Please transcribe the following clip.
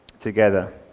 together